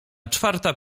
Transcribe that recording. czwarta